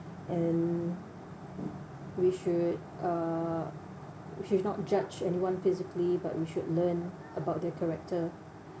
and we should uh we should not judge anyone physically but we should learn about their character